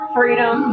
Freedom